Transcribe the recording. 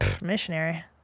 missionary